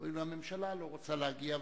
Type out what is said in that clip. הואיל והממשלה לא רוצה להגיע,